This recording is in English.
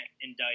indict